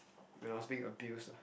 when I was being abused lah